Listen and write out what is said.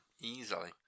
easily